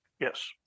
Yes